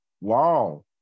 Wow